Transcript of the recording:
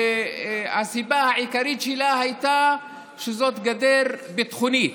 והסיבה העיקרית שלה הייתה שזאת גדר ביטחונית,